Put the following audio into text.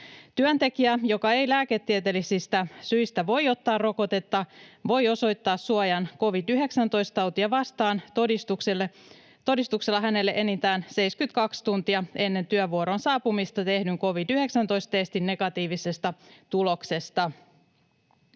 Työntekijä, joka ei lääketieteellisistä syistä voi ottaa rokotetta, voi osoittaa suojan covid-19-tautia vastaan todistuksella hänelle enintään 72 tuntia ennen työvuoroon saapumista tehdyn covid-19-testin negatiivisesta tuloksesta.